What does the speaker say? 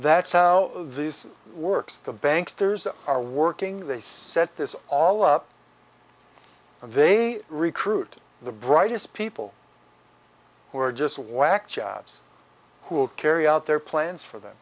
that's how these works the banks theirs are working they set this all up and they recruit the brightest people who are just whack jobs who will carry out their plans for them